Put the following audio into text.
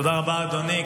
תודה רבה, אדוני.